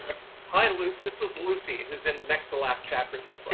hi lucy. this was lucy, who's in the next to last chapter of this book.